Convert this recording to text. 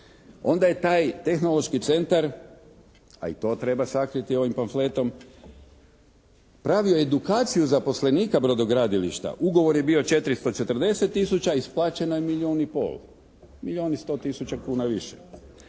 Onda je taj Tehnološki centar, a i to treba sakriti ovim pamfletom pravio je edukaciju zaposlenika brodogradilišta, ugovor je bio 440 tisuća, isplaćeno je milijon i pol, milijon i 100 tisuća kuna više.